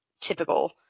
typical